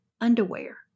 underwear